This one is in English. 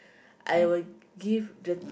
I will give the